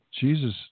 Jesus